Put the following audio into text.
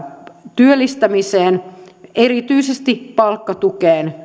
työllistämiseen erityisesti palkkatukeen